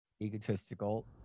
egotistical